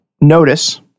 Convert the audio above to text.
notice